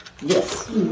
Yes